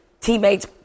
teammates